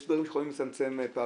יש דברים שיכולים לצמצם פערים,